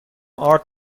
آرد